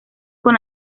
con